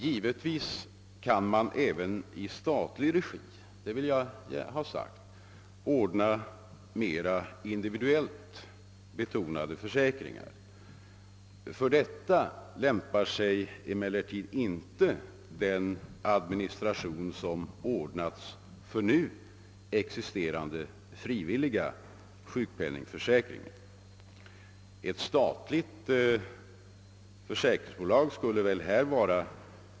Givetvis kan man även i statlig regi — det vill jag framhålla — ordna mera individuellt betonade försäkringar. För detta lämpar sig emellertid inte den administration som byggts upp. för nu existerande frivilliga . sjukpenningförsäkringar. Ett statligt försäkringsbolag skulle väl härvidlag vara.